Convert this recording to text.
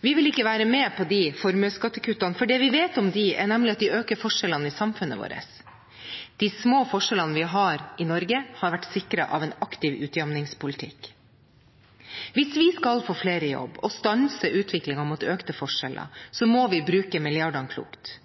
Vi vil ikke være med på de formuesskattekuttene, for det vi vet om dem, er nemlig at de øker forskjellene i samfunnet vårt. De små forskjellene vi har i Norge, har vært sikret av en aktiv utjamningspolitikk. Hvis vi skal få flere i jobb og stanse utviklingen mot økte forskjeller, må vi bruke milliardene klokt.